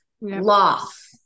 loss